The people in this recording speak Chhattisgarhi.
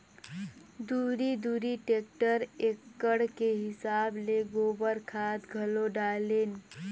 दूरी दूरी टेक्टर एकड़ के हिसाब ले गोबर खाद घलो डालेन